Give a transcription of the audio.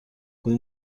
con